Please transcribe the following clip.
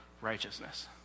righteousness